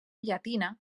llatina